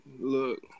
look